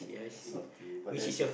a softie but then